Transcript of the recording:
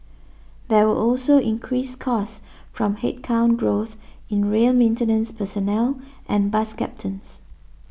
there were also increased costs from headcount growth in rail maintenance personnel and bus captains